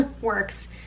works